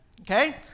Okay